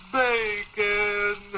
bacon